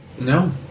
No